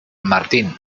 martín